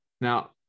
Now